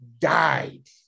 died